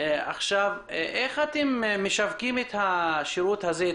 איך אתם משווקים את השירות הזה,